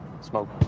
smoke